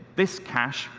this cache,